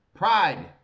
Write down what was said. Pride